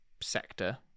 sector